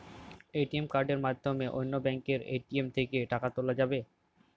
ATM কার্ডের মাধ্যমে অন্য ব্যাঙ্কের এ.টি.এম থেকে টাকা তোলা যাবে কি?